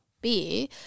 Beer